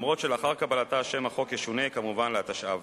אבל לאחר קבלתה שם החוק ישונה כמובן להתשע"ב.